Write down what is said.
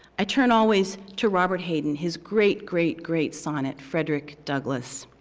i turn always to robert hayden, his great, great, great sonnet, frederick douglass.